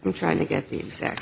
i'm trying to get the exact